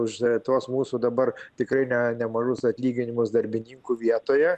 už tuos mūsų dabar tikrai ne nemažus atlyginimus darbininkų vietoje